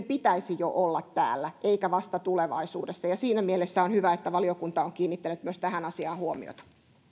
pitäisi jo olla täällä eikä vasta tulevaisuudessa ja siinä mielessä on hyvä että valiokunta on kiinnittänyt myös tähän asiaan huomiota